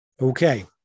Okay